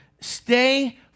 stay